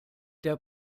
der